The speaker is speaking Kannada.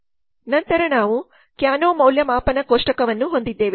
ನಂತರ ನಾವು ಕ್ಯಾನೊ ಮೌಲ್ಯಮಾಪನ ಕೋಷ್ಟಕವನ್ನು ಹೊಂದಿದ್ದೇವೆ